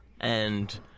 And-